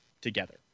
together